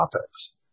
topics